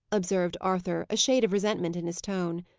observed arthur, a shade of resentment in his tone.